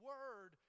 Word